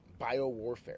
biowarfare